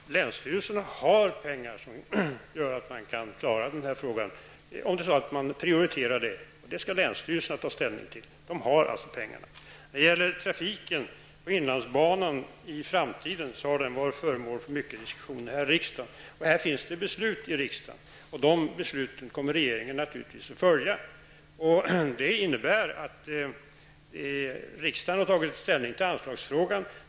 Herr talman! Länsstyrelserna har pengar för att de kan klara denna fråga, om de nu prioriterar den. Det skall länsstyrelserna ta ställning till. De har pengarna. Trafiken på inlandsbanan i framtiden har varit föremål för mycken diskussion här i riksdagen. Det finns riksdagsbeslut. De besluten kommer regeringen naturligtvis att följa. Riksdagen har tagit ställning till anslagsfrågan.